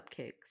cupcakes